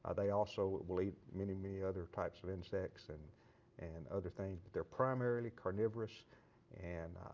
ah they also will eat many, many other types of insects and and other things. but they're primiarily carnivorous and